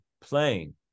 playing